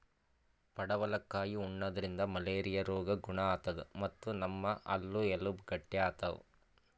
ಪಡವಲಕಾಯಿ ಉಣಾದ್ರಿನ್ದ ಮಲೇರಿಯಾ ರೋಗ್ ಗುಣ ಆತದ್ ಮತ್ತ್ ನಮ್ ಹಲ್ಲ ಎಲಬ್ ಗಟ್ಟಿ ಆತವ್